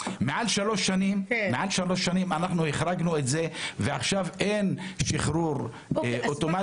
שלוש שנים אנחנו החרגנו את זה ועכשיו אין שחרור אוטומטי.